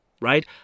right